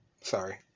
Sorry